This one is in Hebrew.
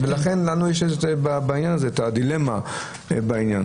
לכן, לנו יש את הדילמה בעניין.